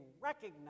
recognize